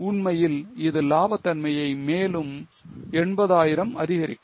உண்மையில் இது லாப தன்மையை மேலும் 80000 அதிகரிக்கும்